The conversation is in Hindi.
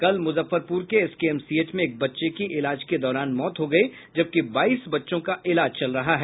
कल मुजफ्फरपुर के एसकेएमसीएच में एक बच्चे की इलाज के दौरान मौत हो गयी जबकि बाईस बच्चों का इलाज चल रहा है